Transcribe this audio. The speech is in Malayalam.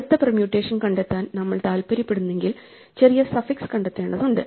അടുത്ത പെർമ്യൂട്ടേഷൻ കണ്ടെത്താൻ നമ്മൾ താൽപ്പര്യപ്പെടുന്നെങ്കിൽ ചെറിയ സഫിക്സ് കണ്ടെത്തേണ്ടതുണ്ട്